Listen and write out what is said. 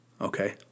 okay